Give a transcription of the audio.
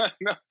No